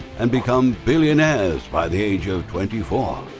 and become billionaires by the age of twenty four?